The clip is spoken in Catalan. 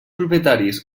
propietaris